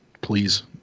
Please